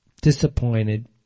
disappointed